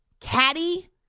Caddy